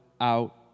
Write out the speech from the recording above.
out